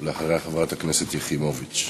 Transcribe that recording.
אחריה, חברת הכנסת יחימוביץ.